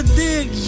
dig